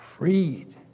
Freed